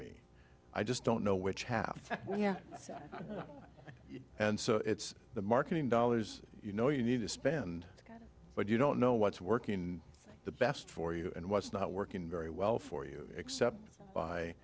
me i just don't know which half yeah and so it's the marketing dollars you know you need to spend but you don't know what's working the best for you and what's not working very well for you except by